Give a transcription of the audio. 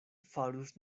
farus